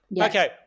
Okay